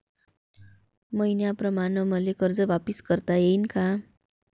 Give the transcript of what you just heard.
मईन्याप्रमाणं मले कर्ज वापिस करता येईन का?